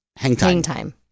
Hangtime